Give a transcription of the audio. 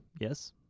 yes